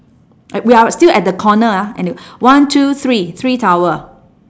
eh we are still at the corner ah any~ one two three three towel